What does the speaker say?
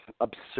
absurd